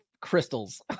crystals